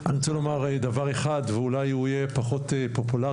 אני רוצה לומר דבר אחד ואולי הוא יהיה פחות פופולרי,